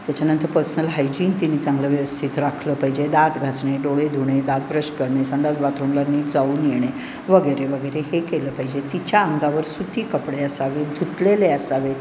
त्याच्यानंतर personal hygiene तिने चांगलं व्यवस्थित राखलं पाहिजे दात घासणे डोळे धुणे दात ब्रश करणे संडास बाथरूमला नीट जाऊन येणे वगैरे वगैरे हे केलं पाहिजे तिच्या अंगावर सुती कपडे असावे धुतलेले असावेत